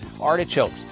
artichokes